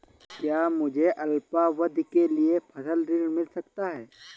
क्या मुझे अल्पावधि के लिए फसल ऋण मिल सकता है?